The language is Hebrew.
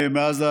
מאז,